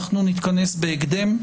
אנחנו נתכנס בהקדם,